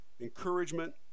encouragement